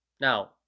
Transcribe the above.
Now